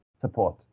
support